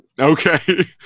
okay